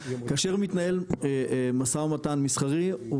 כאשר מתנהל משא ומתן מסחרי,